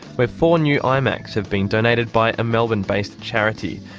where four new ah imacs have been donated by a melbourne-based charity.